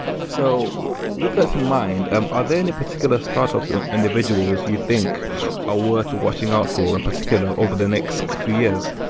so with that in mind, and are there any particular startups or individuals you think are worth watching out for in particular over the next few years?